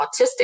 autistic